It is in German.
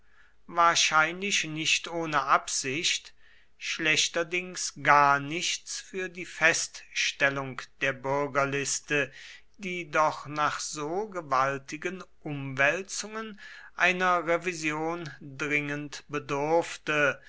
wahrscheinlich nicht ohne absicht schlechterdings gar nichts für die feststellung der bürgerliste die doch nach so gewaltigen umwälzungen einer revision dringend bedurfte